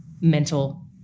mental